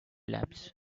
labs